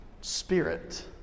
spirit